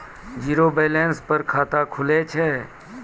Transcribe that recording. Zero balance पर खाता खुले छै?